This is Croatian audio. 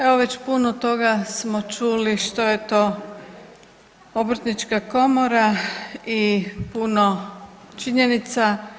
Evo, već puno toga smo čuli što je to Obrtnička komora i puno činjenica.